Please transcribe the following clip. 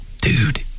dude